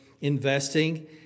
investing